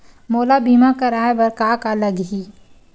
मोला बीमा कराये बर का का लगही?